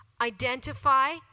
Identify